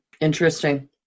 Interesting